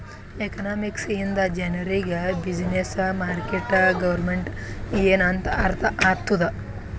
economics ಇಂದ ಜನರಿಗ್ business, market, government ಎನ್ ಅಂತ್ ಅರ್ಥ ಆತ್ತುದ್